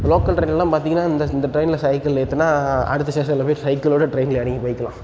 local ட்ரெயின்லலாம் பார்த்திங்கனா இந்த இந்த ட்ரெயினில் சைக்கிள் ஏற்றினா அடுத்த ஸ்டேஷனில் போய் சைக்கிளோடு ட்ரெயினில் இறங்கி போய்க்கலாம்